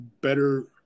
better